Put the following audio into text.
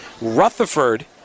Rutherford